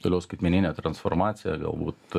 toliau skaitmeninė transformacija galbūt